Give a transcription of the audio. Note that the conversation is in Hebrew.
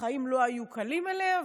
החיים לא היו קלים אליה,